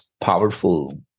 powerful